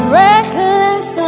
reckless